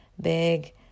big